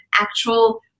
actual